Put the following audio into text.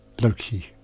Loki